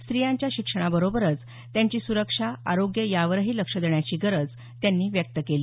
स्त्रियांच्या शिक्षणाबरोबरच त्यांची सुरक्षा आरोग्य यावरही लक्ष देण्याची गरज त्यांनी व्यक्त केली